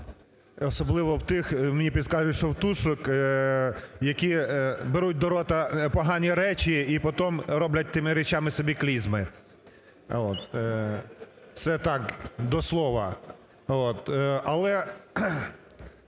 особливо в тих, мені підказують, що в ……………, які беруть до рота погані речі і потім роблять тими речами собі клізми. Це так до слова. Але